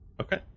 Okay